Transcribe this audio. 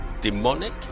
demonic